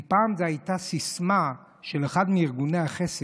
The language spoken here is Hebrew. אם פעם זו הייתה סיסמה של אחד מארגוני החסד,